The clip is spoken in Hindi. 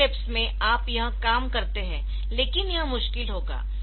दो स्टेप्स में आप यह काम करते है लेकिन यह मुश्किल होगा